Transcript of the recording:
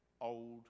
old